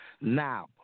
now